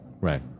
Right